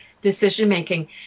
decision-making